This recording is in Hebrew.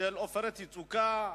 "עופרת יצוקה",